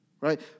right